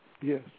Yes